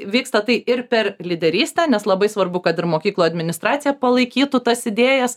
vyksta tai ir per lyderystę nes labai svarbu kad ir mokyklų administracija palaikytų tas idėjas